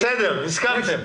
בסדר, הסכמתם.